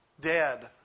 dead